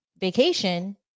vacation